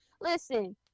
listen